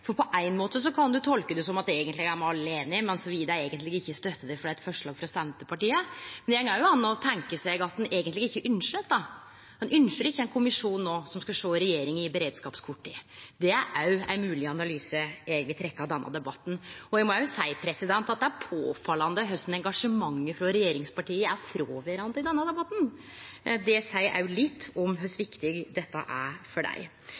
det, fordi det er eit forslag frå Senterpartiet. Det går an å tenkje seg at ein eigentleg ikkje ynskjer dette – ein ynskjer ikkje ein kommisjon no som skal sjå regjeringa i beredskapskorta. Det er òg ein mogleg analyse eg vil trekkje av denne debatten. Eg må også seie at det er påfallande korleis engasjementet til regjeringspartia er fråverande i denne debatten. Det seier òg litt om kor viktig dette er for dei.